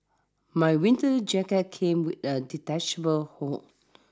my winter jacket came with a detachable hood